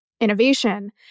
Innovation